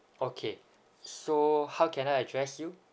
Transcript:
okay so how can I address you